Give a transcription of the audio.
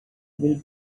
will